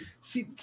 See